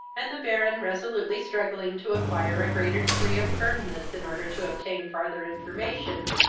and the baron, resolutely struggling to acquire a greater degree of firmness in order to obtain farther information,